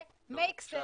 זה הגיוני.